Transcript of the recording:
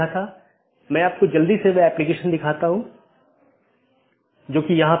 हम देखते हैं कि N1 R1 AS1 है यह चीजों की विशेष रीचाबिलिटी है